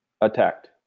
attacked